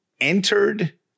entered